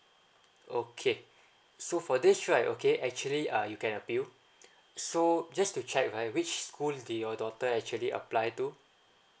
okay so for this right okay actually uh you can appeal so just to check right which schools did your daughter actually apply to